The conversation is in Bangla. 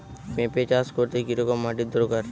পেঁপে চাষ করতে কি রকম মাটির দরকার?